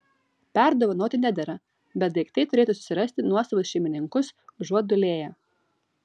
perdovanoti nedera bet daiktai turėtų susirasti nuosavus šeimininkus užuot dūlėję